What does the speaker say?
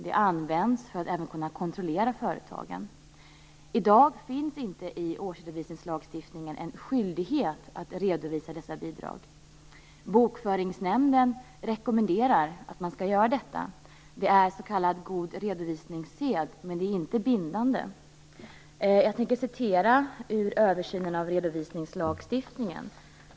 De används även för att kunna kontrollera företagen. I dag finns det inte någon skyldighet i årsredovisningslagstiftningen att redovisa dessa bidrag. Bokföringsnämnden rekommenderar att man skall göra detta. Det är s.k. god redovisningssed, men det är inte bindande. Jag tänkte läsa ur översynen av redovisningslagstiftningen.